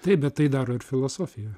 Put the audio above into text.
taip bet tai daro ir filosofija